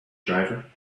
driver